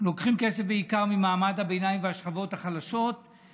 לוקחים כסף בעיקר ממעמד הביניים והשכבות החלשות,